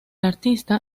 artista